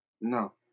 no